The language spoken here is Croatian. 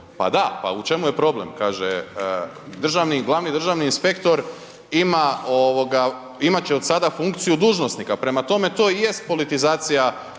Pa da, pa u čemu je problem kaže državni, glavni državni inspektor ima, imat će od sada funkciju dužnosnika, prema tome, to i jest politizacija